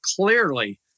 clearly